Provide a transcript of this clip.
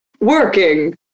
working